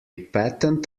patent